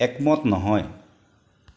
একমত নহয়